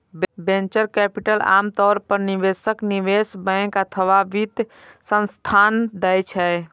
venture capital आम तौर पर निवेशक, निवेश बैंक अथवा वित्त संस्थान दै छै